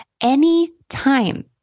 Anytime